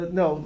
no